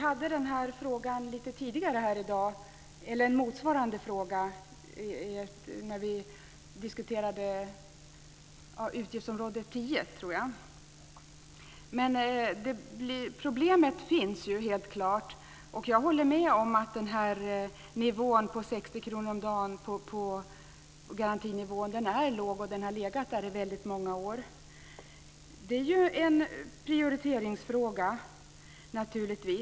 Fru talman! Vi hade motsvarande fråga uppe tidigare i dag när vi diskuterade utgiftsområde 10. Problemet finns ju helt klart. Jag håller med om att garantinivån på 60 kr per dag är låg - den har legat där i många år. Det är naturligtvis en prioriteringsfråga.